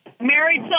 married